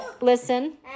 listen